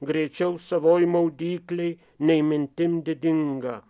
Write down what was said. greičiau savoj maudyklėj nei mintim didinga